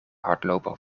hardloper